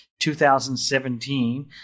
2017